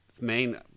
main